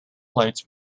flights